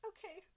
Okay